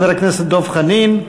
חבר הכנסת דב חנין,